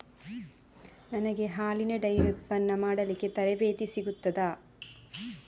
ನನಗೆ ಹಾಲಿನ ಡೈರಿ ಉತ್ಪನ್ನ ಮಾಡಲಿಕ್ಕೆ ತರಬೇತಿ ಸಿಗುತ್ತದಾ?